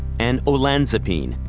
and olanzapine,